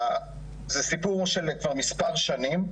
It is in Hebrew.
זה סיפור של כבר מספר שנים,